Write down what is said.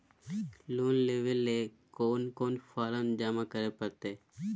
Loan लेवे ले कोन कोन फॉर्म जमा करे परते?